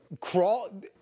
Crawl